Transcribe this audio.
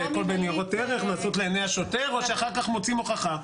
בניירות ערך נעשות לעיני השוטר או שאחר כך מוצאים הוכחה?